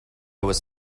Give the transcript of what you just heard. was